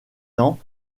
ans